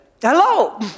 hello